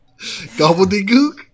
Gobbledygook